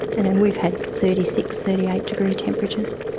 and and we've had thirty six, thirty eight degree temperatures.